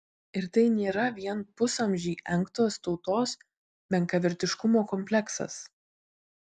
ir tai nėra vien pusamžį engtos tautos menkavertiškumo kompleksas